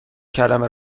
کلمه